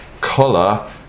colour